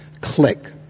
Click